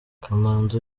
kamanzi